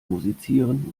musizieren